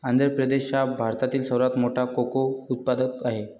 आंध्र प्रदेश हा भारतातील सर्वात मोठा कोको उत्पादक आहे